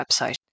website